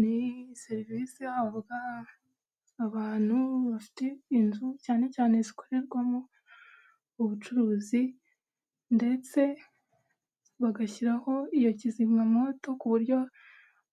Ni serivisi abantu bafite inzu cyane cyane zikorerwamo ubucuruzi ndetse bagashyiraho iyo kizimyamwotu ku buryo